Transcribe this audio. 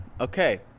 Okay